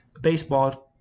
baseball